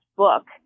book